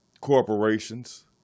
corporations